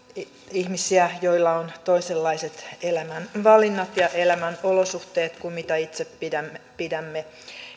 ihmisiä ihmisiä joilla on toisenlaiset elämänvalinnat ja elämän olosuhteet kuin mitä itse pidämme